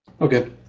Okay